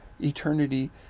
eternity